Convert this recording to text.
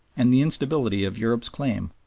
and the instability of europe's claim,